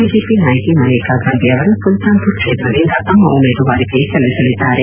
BJP ನಾಯಕಿ ಮನೇಕಾ ಗಾಂಧಿ ಅವರು Sultanpur ಕ್ಷೇತ್ರದಿಂದ ತಮ್ಮ ಉಮೇದುವಾರಿಕೆ ಸಲ್ಲಿಸಲಿದ್ದಾರೆ